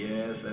Yes